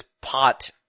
pot